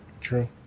True